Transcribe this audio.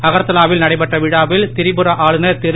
அகர்த்தலாவில் நடைபெற்ற விழாவில் திரிபுரா ஆளுநர் திரு